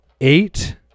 eight